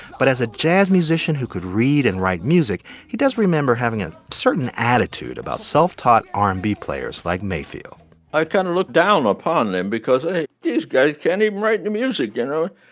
but as a jazz musician who could read and write music, he does remember having a certain attitude about self-taught r and b players like mayfield i kind of looked down upon them because ah these guys can't even write the and music, you know?